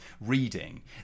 reading